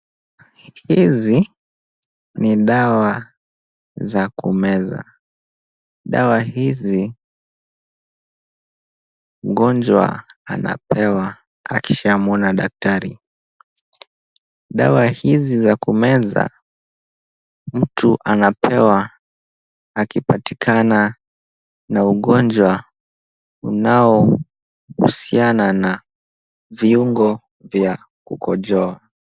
Hizi ni dawa za kumeza, dawa hizi, mgonjwa anapewa akishamwona daktari. Dawa hizi za kumeza, mtu anapewa akipatikana na ugonjwa unaohusiana na viungo vya kukojoa.